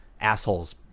assholes